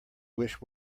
wish